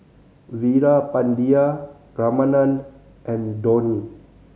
Veerapandiya Ramanand and Dhoni